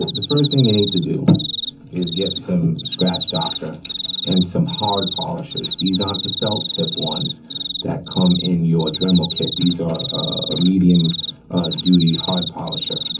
the first thing you need to do is get some scratch doctor and some hard polishers. these aren't the felt tip ones that come in your dremel kit. these are ah medium duty hard polisher,